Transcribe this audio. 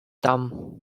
tam